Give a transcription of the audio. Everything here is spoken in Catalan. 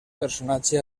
personatge